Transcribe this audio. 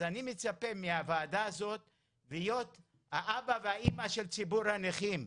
אז אני מצפה מהוועדה הזו להיות האבא והאמא של ציבור הנכים,